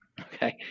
Okay